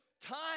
Time